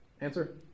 Answer